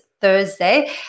Thursday